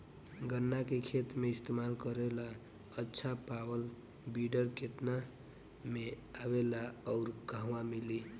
गन्ना के खेत में इस्तेमाल करेला अच्छा पावल वीडर केतना में आवेला अउर कहवा मिली?